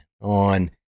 on